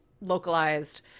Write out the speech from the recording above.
localized